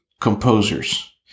composers